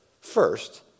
First